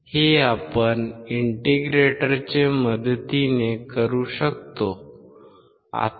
हे आपण इंटिग्रेटरच्या मदतीने करू शकतो